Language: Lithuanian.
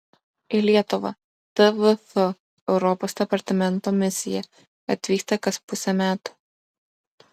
į lietuvą tvf europos departamento misija atvyksta kas pusę metų